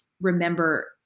remember